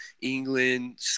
england